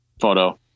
photo